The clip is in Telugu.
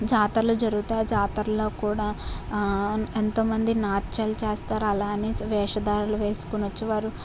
జాతర్లు జరుగుతాయి ఆ జాతరలో కూడా ఎంతోమంది నాత్యాలు చేస్తారు అలానే వేషధారణలు వేసుకుని వచ్చి వారు